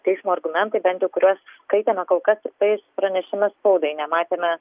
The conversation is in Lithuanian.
teismo argumentai bent jau kuriuos skaitėme kol kas tiktais pranešime spaudai nematėme